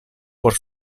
por